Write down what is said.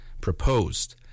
proposed